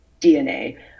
dna